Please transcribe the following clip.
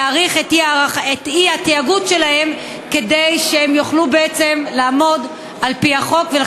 להאריך את האי-תאגוד שלהן כדי שיוכלו לעמוד בדרישות החוק.